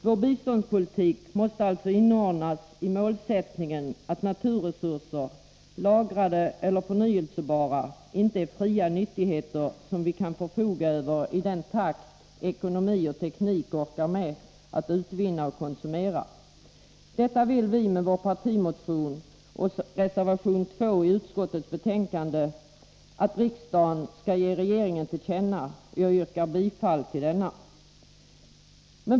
Vår biståndspolitik måste inordnas i målsättningen att naturresurser, lagrade eller förnyelsebara, inte är fria nyttigheter som vi kan förfoga över i den takt som ekonomi och teknik orkar med att utvinna och konsumera. Detta vill vi i vår partimotion och reservation 2 att riksdagen skall ge regeringen till känna. Jag yrkar bifall till vår reservation.